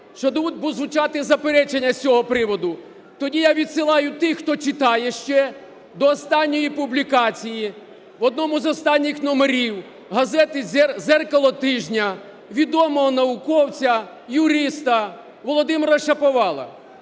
що тут будуть звучати заперечення з цього приводу. Тоді я відсилаю тих, хто читає ще, до останньої публікації в одному з останніх номерів газети "Дзеркало тижня" відомого науковця, юриста Володимира Шаповала.